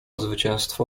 zwycięstwo